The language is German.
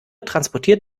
transportiert